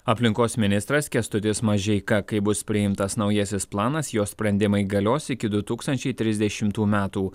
aplinkos ministras kęstutis mažeika kai bus priimtas naujasis planas jo sprendimai galios iki du tūkstančiai trisdešimų metų